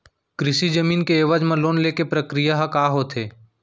कृषि जमीन के एवज म लोन ले के प्रक्रिया ह का होथे?